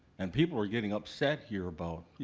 and people are getting upset here about, you